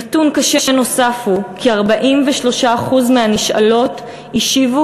נתון קשה נוסף הוא כי 43% מהנשאלות השיבו